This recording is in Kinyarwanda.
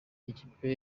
ikipe